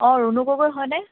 অ ৰুণু গগৈ হয়নে